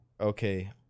Okay